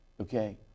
Okay